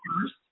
first